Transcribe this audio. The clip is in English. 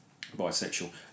bisexual